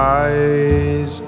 eyes